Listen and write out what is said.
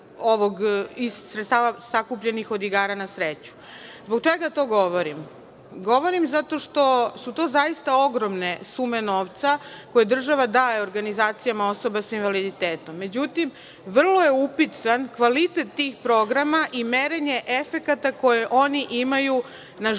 iz sredstava sakupljenih od igara na sreću. Zbog čega to govorim? Govorim zato što su to zaista ogromne sume novca koje država daje organizacijama osoba sa invaliditetom. Međutim, vrlo je upitan kvalitet tih programa i merenje efekata koje oni imaju na živote